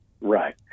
Right